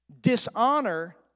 Dishonor